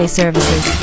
services